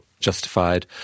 justified